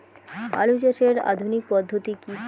আলু চাষের আধুনিক পদ্ধতি কি?